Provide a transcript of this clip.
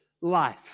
life